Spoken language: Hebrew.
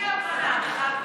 אי-הבנה.